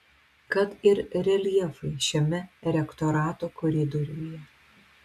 kad ir reljefai šiame rektorato koridoriuje